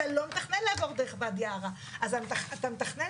אתה לא מתכנן לעבור דרך ואדי ערה,